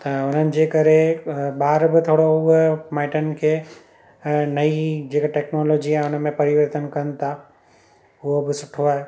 त उन्हनि हुजे करे अ ॿार बि थोरो उअ माइटनि खे अ नई जेका टेक्नोलॉजी आहे हुनमें परिवर्तन कनि था उहो बि सुठो आहे